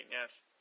yes